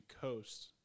coast